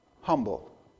humble